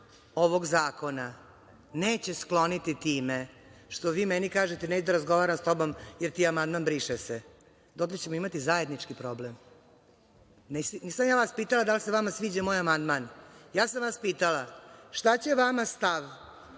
ovog zakona neće skloniti time što vi meni kažete – neću da razgovaram sa tobom jer ti je amandman briše se, dotle ćemo imati zajednički problem. Nisam vas pitala da li vam se sviđa moj amandman, pitala sam vas šta će vama stav